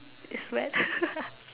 it's wet